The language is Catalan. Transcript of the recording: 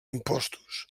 impostos